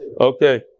Okay